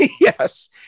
Yes